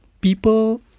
people